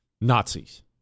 Nazis